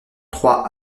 trois